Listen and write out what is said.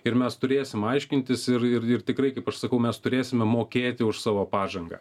ir mes turėsim aiškintis ir ir tikrai kaip aš sakau mes turėsime mokėti už savo pažangą